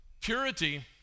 Purity